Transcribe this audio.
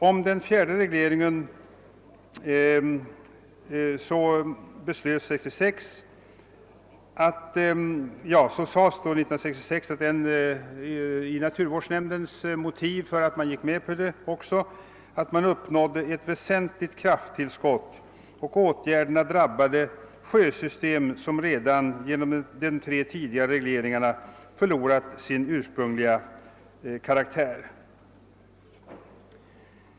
Om den fjärde regleringen anfördes 1966 av naturvårdsverket som motiv för att man gick med på den, att man uppnådde ett väsentligt krafttillskott och att åtgärderna drabbade sjösystem som redan genom de tre tidigare regleringarna förlorat sin ursprungliga karaktär.